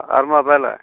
आर माबायालाय